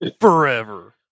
Forever